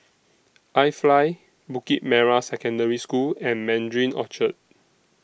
IFly Bukit Merah Secondary School and Mandarin Orchard